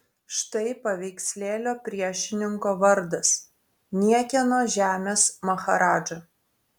štai paveikslėlio priešininko vardas niekieno žemės maharadža